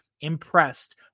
impressed